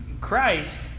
Christ